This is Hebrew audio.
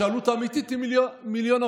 כשהעלות האמיתית היא 1.4 מיליון,